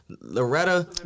loretta